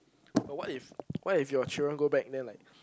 but what if what if your children go back then like